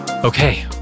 Okay